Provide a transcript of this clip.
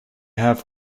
have